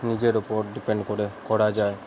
নিজের উপর ডিপেন্ড করে করা যায়